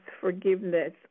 forgiveness